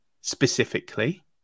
specifically